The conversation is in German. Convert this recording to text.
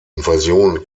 invasion